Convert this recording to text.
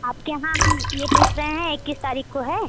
आपके यहाँ हम यह पूछ रहे हैं इक्कीस तारीख को है